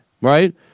right